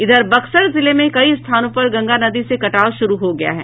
इधर बक्सर जिले में कई स्थानों पर गंगा नदी से कटाव शुरू हो गया है